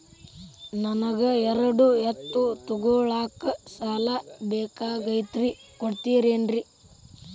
ನನಗ ಎರಡು ಎತ್ತು ತಗೋಳಾಕ್ ಸಾಲಾ ಬೇಕಾಗೈತ್ರಿ ಕೊಡ್ತಿರೇನ್ರಿ?